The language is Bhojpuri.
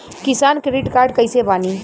किसान क्रेडिट कार्ड कइसे बानी?